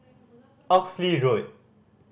Oxley Road